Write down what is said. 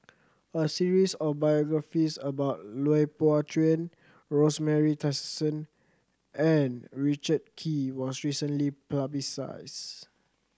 a series of biographies about Lui Pao Chuen Rosemary Tessensohn and Richard Kee was recently